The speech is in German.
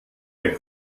der